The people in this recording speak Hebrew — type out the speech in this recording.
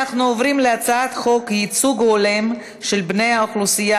אנחנו עוברים להצעת חוק ייצוג הולם של בני האוכלוסייה